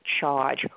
charge